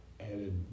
added